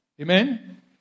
Amen